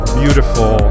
beautiful